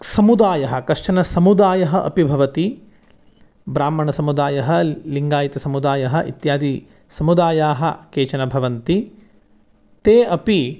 समुदायः कश्चन समुदायः अपि भवति ब्राह्मणसमुदायः लिङ्गायतसमुदायः इत्यादिसमुदायाः केचन भवन्ति ते अपि